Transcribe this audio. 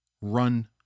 Run